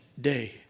day